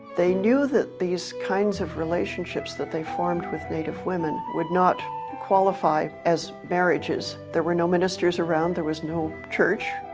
they knew that these kinds of relationships that they formed native women, would not qualify as marriages. there were no ministers around, there was no church.